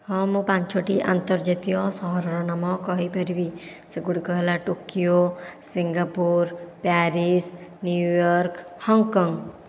ହଁ ମୁଁ ପାଞ୍ଚଟି ଅନ୍ତର୍ଜାତୀୟ ସହରର ନାମ କହିପାରିବି ସେଗୁଡ଼ିକ ହେଲା Tokyo Singapore Paris New York Hong Kong